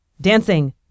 dancing